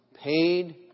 paid